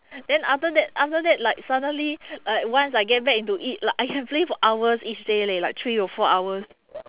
then after that after that like suddenly like once I get back into it like I can play for hours each day leh like three to four hours